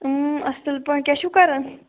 اَصٕل پٲٹھۍ کیٛاہ چھِو کَران